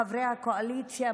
חברי הקואליציה,